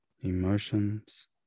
emotions